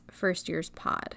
firstyearspod